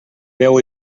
veu